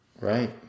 Right